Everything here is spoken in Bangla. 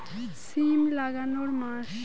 সিম লাগানোর মাস?